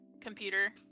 computer